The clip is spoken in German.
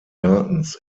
gartens